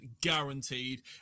guaranteed